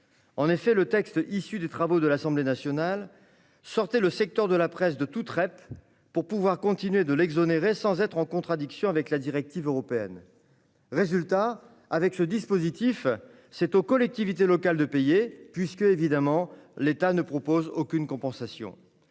En effet, le texte issu des travaux de l'Assemblée nationale sortait le secteur de la presse de toute REP pour continuer de l'exonérer sans être en contradiction avec la directive européenne. Résultat : avec ce dispositif, c'est aux collectivités locales de payer puisque, évidemment, l'État ne propose aucune compensation.